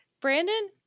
Brandon